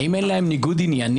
האם אין להם ניגוד עניינים?